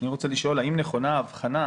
אני רוצה לשאול האם נכונה ההבחנה,